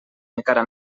encara